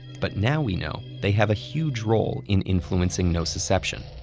but now we know they have a huge role in influencing nociception.